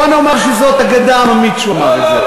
בואו נאמר שזאת אגדה עממית שהוא אמר את זה.